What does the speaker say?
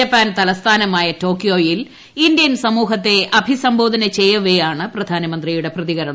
Japan തലസ്ഥാനമായ ടോക്കിയോയിൽ Indian സമൂഹത്തെ അഭിസംബോധന ചെയ്യവേയാണ് പ്രധാനമന്ത്രിയുടെ പ്രതികരണം